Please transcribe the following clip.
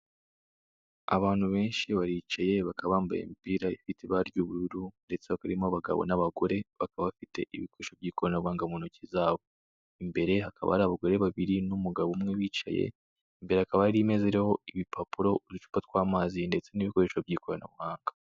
Abantu benshi baricaye bakaba bambaye imipira ifite ibara ry'ubururu ndetse barimo abagabo n'abagore, bakaba bafite ibikoresho by'ikoranabuhanga mu ntoki zabo. Imbere hakaba ari abagore babiri n'umugabo umwe bicaye, imbere hakaba hari imeza iriho ibipapuro uducupa tw'amazi ndetse n'ibikoresho by'ikoranabuhanga.